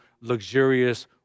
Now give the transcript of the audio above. luxurious